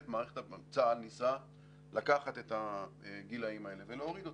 צה"ל ניסה לקחת את הגילים האלה ולהוריד אותם.